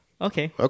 Okay